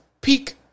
peak